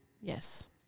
yes